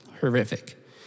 horrific